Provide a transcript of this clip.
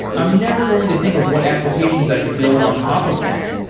i'm never going to think of what applications i could build on top of that.